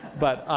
but